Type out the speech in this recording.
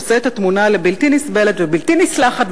עושה את התמונה לבתי נסבלת ובלתי נסלחת.